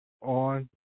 on